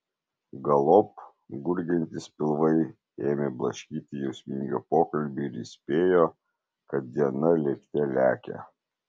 galop gurgiantys pilvai ėmė blaškyti jausmingą pokalbį ir įspėjo kad diena lėkte lekia